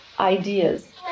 ideas